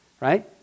right